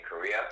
Korea